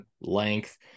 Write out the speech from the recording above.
length